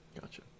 Gotcha